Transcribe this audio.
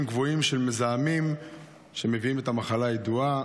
גבוהים של מזהמים שמביאים את המחלה הידועה.